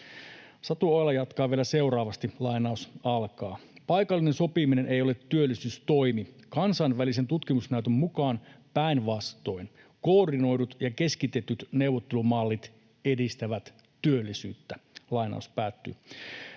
Satu Ojala jatkaa vielä seuraavasti: ”Paikallinen sopiminen ei ole ’työllisyystoimi’. Kansainvälisen tutkimusnäytön mukaan päinvastoin koordinoidut ja keskitetyt neuvottelumallit edistävät työllisyyttä.” Hallitusohjelma